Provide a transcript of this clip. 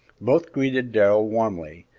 both greeted darrell warmly,